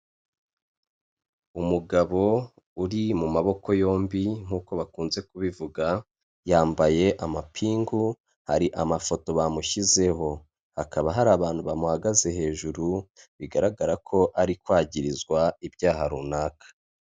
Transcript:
Umugabo uri mu maboko yombi nk'uko bakunze kubivuga yambaye amapingu, hari amafoto bamushyizeho. Hakaba hari abantu bamuhagaze hejuru, bigaragara ko ari kwagirizwa ibyaha runaka.